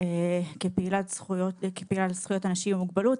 כפעילה לזכויות אנשים עם מוגבלות,